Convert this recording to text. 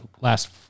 last